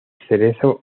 cerezo